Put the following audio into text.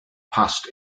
passed